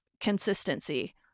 consistency